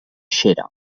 xera